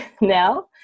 now